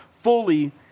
fully